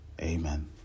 Amen